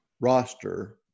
roster